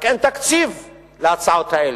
רק אין תקציב להצעות האלה.